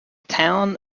town